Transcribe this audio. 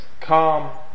calm